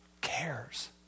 cares